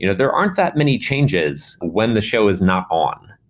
you know there aren't that many changes when the show is not on.